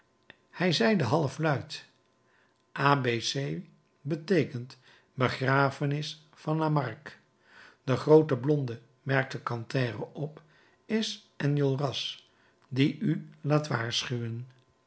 hij zeide halfluid a b c beteekent begrafenis van lamarque de groote blonde merkte grantaire op is enjolras die u laat waarschuwen